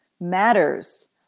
matters